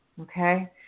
Okay